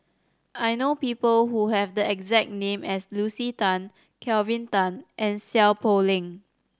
I know people who have the exact name as Lucy Tan Kelvin Tan and Seow Poh Leng